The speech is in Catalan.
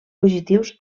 fugitius